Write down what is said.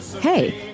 Hey